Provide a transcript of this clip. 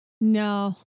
No